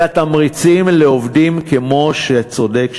אלא תמריצים לעובדים כמו שצודק שיהיה.